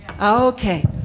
Okay